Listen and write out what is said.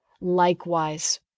likewise